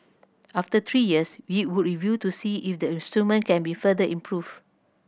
after three years we would review to see if the instrument can be further improved